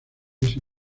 ese